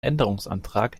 änderungsantrag